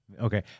Okay